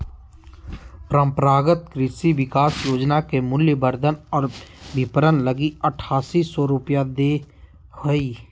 परम्परागत कृषि विकास योजना के मूल्यवर्धन और विपरण लगी आठासी सौ रूपया दे हइ